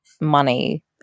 money